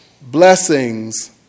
blessings